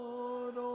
Lord